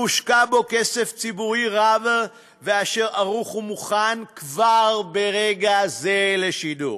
שהושקע בו כסף ציבורי רב והוא ערוך ומוכן כבר ברגע זה לשידור,